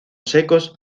secos